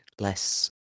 less